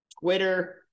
Twitter